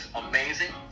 amazing